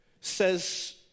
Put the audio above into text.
says